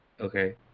okay